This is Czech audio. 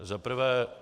Za prvé.